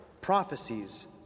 prophecies